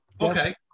Okay